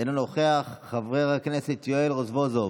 אינו נוכח, חבר הכנסת יואל רזבוזוב,